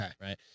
right